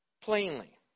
plainly